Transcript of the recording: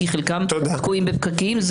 כי חלקם תקועים בפקקים.